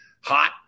hot